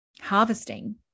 harvesting